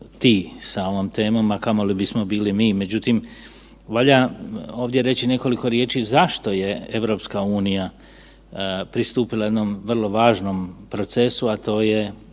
ti sa ovom temu, a kamoli bismo bili mi. Međutim, valja ovdje reći nekoliko riječi zašto je EU pristupila jednom vrlo važnom procesu, a to je